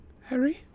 Harry